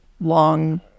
long